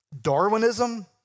Darwinism